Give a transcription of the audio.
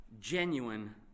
Genuine